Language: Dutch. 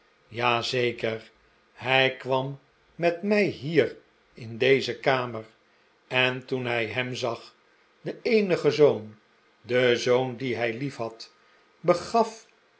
zeker hij kwam met mij hier in deze kamer en toen hij hem zag den eenigen zoon den zoon dien hij liefhad begaf